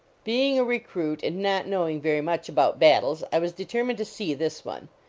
being a recruit, and not knowing very much about battles, i was determined to see this one.